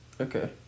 Okay